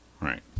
Right